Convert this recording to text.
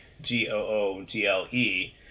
G-O-O-G-L-E